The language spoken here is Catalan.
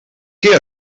què